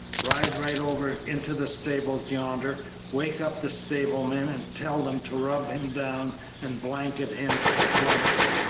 ride right over into the stables yonder wake up the stable-men and tell them to rub him down and blanket him at once,